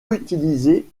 utilisée